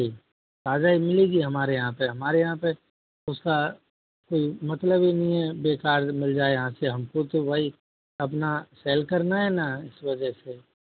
जी ताज़ा ही मिलेगी हमारे यहाँ पर हमारे यहाँ पर इसका मतलब ही नहीं है बेकार मिल जाए यहाँ से हम को तो भाई अपना सेल करना है ना इस वजह से